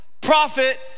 prophet